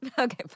Okay